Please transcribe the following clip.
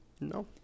No